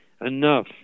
enough